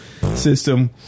system